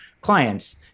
clients